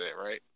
right